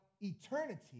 eternity